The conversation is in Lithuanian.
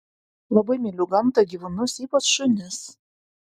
labai myliu gamtą gyvūnus ypač šunis